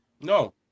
No